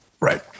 Right